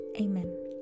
Amen